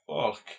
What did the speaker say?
fuck